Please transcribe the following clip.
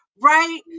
Right